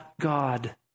God